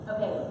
Okay